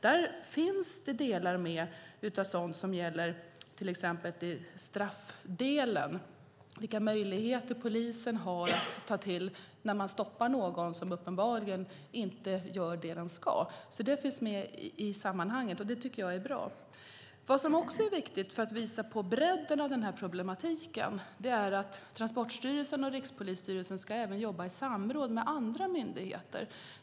Där finns det delar med av sådant som gäller till exempel straff, vilka möjligheter polisen har att ta till när de stoppar någon som uppenbarligen inte gör det den ska. Det finns med i sammanhanget. Det tycker jag är bra. Vad som också är viktigt för att visa på bredden av den här problematiken är att Transportstyrelsen och Rikspolisstyrelsen även ska jobba i samråd med andra myndigheter.